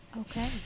Okay